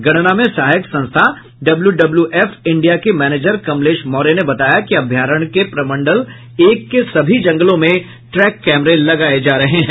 गणना में सहायक संस्था डब्ल्यू डब्ल्यू एफ इंडिया के मैनेजर कमलेश मौर्य ने बताया कि अभयारण्य के प्रमंडल एक के सभी जंगलों में ट्रैक कैमरे लगाये जा रहे हैं